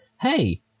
hey